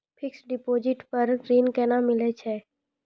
Fixed deposit पर ऋण केना मिलै छै?